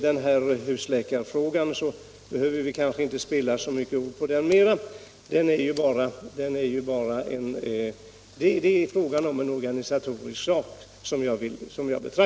På husläkarfrågan behöver vi kanske inte spilla så många ord ytterligare. Det är som jag betraktar det en organisatorisk fråga.